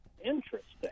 interesting